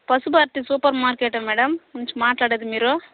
Pashupati super మార్కెటా madam నుంచి మాట్లాడేది మీరు